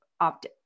opt